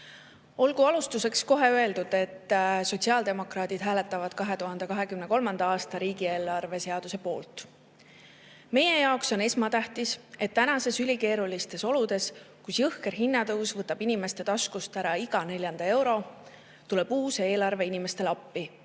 Olgu alustuseks kohe öeldud, et sotsiaaldemokraadid hääletavad 2023. aasta riigieelarve seaduse poolt. Meie jaoks on esmatähtis, et tänastes ülikeerulistes oludes, kui jõhker hinnatõus võtab inimeste taskust ära iga neljanda euro, tuleb uus eelarve inimestele appi